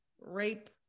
rape